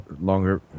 longer